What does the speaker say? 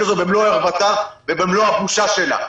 הזאת במלוא ערוותה ובמלוא הבושה שלה.